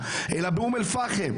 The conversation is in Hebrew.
אוטובוסים באום אל פאחם?